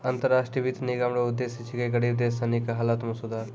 अन्तर राष्ट्रीय वित्त निगम रो उद्देश्य छिकै गरीब देश सनी के हालत मे सुधार